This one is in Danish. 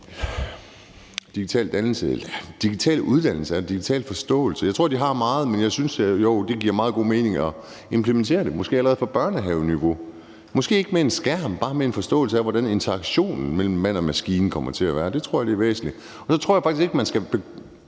digital uddannelse og digital forståelse, vil jeg sige, at jeg tror, de har meget. Og det giver meget god mening måske at implementere det allerede fra børnehaveniveau. Måske ikke med en skærm; bare med henblik på en forståelse af, hvordan interaktionen mellem mand og maskine kommer til at være. Det tror jeg er væsentligt. Og så tror jeg faktisk ikke, at vi